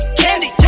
candy